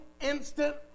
instant